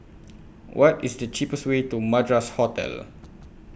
What IS The cheapest Way to Madras Hotel